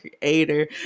Creator